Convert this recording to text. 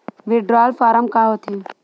Withdrawal form का होथे?